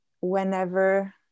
whenever